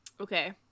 Okay